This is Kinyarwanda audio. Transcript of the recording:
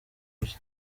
bye